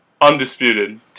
Undisputed